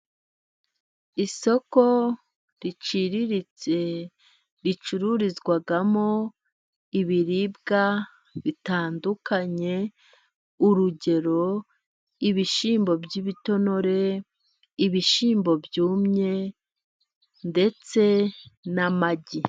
Isoko riciriritse ricururizwamo ibiribwa bitandukanye, urugero ibishyimbo by'ibitonore, ibishyimbo byumye ndetse n'amagi.